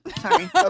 Sorry